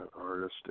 Artist